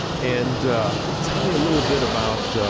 and tell me a little bit about,